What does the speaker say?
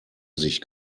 sich